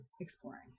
exploring